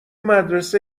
مدرسه